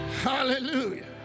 Hallelujah